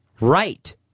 right